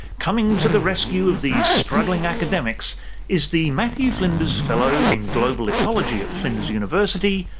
coming to the rescue of these struggling academics is the matthew flinders fellow in global ecology at flinders university,